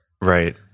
Right